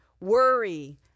worry